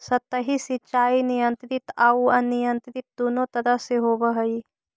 सतही सिंचाई नियंत्रित आउ अनियंत्रित दुनों तरह से होवऽ हइ